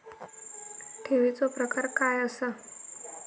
ठेवीचो प्रकार काय असा?